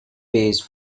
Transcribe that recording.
based